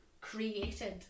created